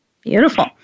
Beautiful